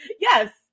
yes